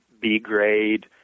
B-grade